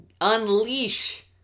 unleash